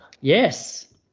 Yes